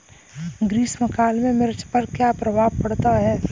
ग्रीष्म काल में मिर्च पर क्या प्रभाव पड़ता है?